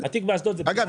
אגב,